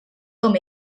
com